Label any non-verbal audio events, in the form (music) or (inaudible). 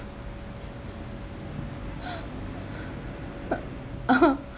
(laughs)